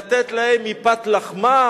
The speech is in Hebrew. לתת להם מפת לחמם,